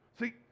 See